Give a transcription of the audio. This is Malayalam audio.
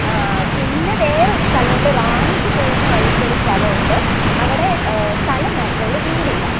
പിന്നെ വേറൊരു സ്ഥലമുണ്ട് റാന്നിക്ക് പോകുന്ന വഴിക്കൊരു സ്ഥലമുണ്ട് അവിടെ സ്ഥലം മാത്രമേ ഉള്ളു വീടില്ല